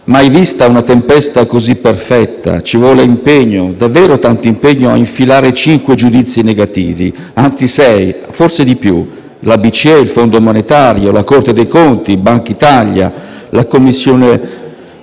mai vista una tempesta così perfetta. Ci vuole impegno, davvero tanto impegno, a incassare cinque giudizi negativi, anzi sei, forse di più: la BCE, il Fondo monetario, la Corte dei conti, Bankitalia, la Commissione